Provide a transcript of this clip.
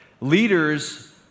leaders